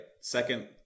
Second